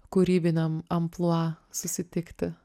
kūrybiniam amplua susitikti